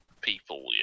people